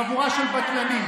חבורה של בטלנים.